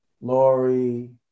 Lori